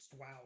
wow